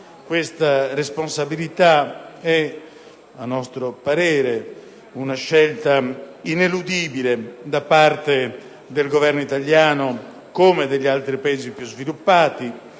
questa responsabilità è, a nostro avviso, una scelta ineludibile da parte del Governo italiano come di quelli degli altri Paesi più sviluppati.